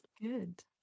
good